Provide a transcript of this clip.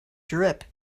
drip